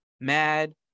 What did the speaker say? mad